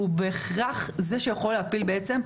והוא בהכרח זה שיכול להפיל בעצם,